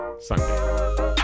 Sunday